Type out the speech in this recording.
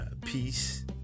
peace